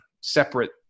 separate